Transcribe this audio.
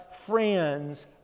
friends